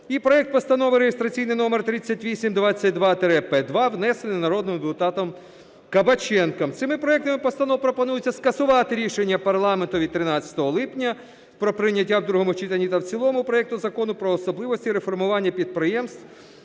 і проект Постанови (реєстраційний номер 3822-П2), внесений народним депутатом Кабаченком. Цими проектами Постанов пропонується скасувати рішення парламенту від 13 липня про прийняття в другому читанні та в цілому проекту Закону "Про особливості реформування підприємств